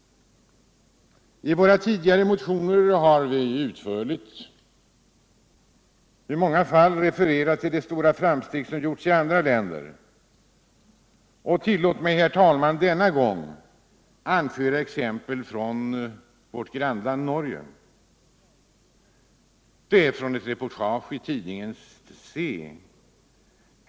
I våra tidigare motioner har vi i många fall utförligt refererat till de stora framsteg som gjorts i andra länder. Tillåt mig, herr talman, denna gång att anföra ett exempel från vårt grannland Norge. Exemplet är hämtat från ett reportage i tidskriften SIA.